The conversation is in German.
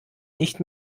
nicht